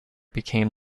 became